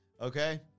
Okay